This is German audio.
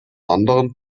anderen